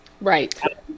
Right